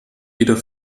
wieder